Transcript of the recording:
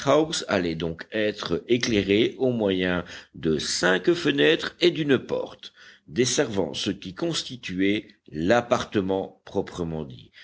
allait donc être éclairée au moyen de cinq fenêtres et d'une porte desservant ce qui constituait l'appartement proprement dit